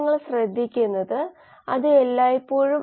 ഞാൻ പറയാൻ ആഗ്രഹിക്കുന്നത് ഈ കണക്ക് ബയോമാസ് Vs സമയം